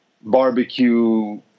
barbecue